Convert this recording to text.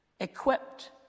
equipped